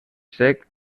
sec